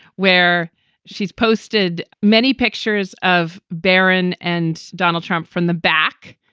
where she's posted many pictures of baron and donald trump from the back.